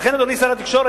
ולכן, אדוני שר התקשורת,